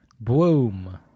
Boom